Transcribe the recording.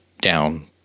down